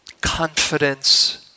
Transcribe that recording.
confidence